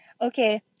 okay